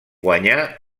guanyà